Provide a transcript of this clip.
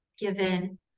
given